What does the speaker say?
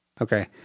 Okay